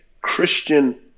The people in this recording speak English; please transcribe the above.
Christian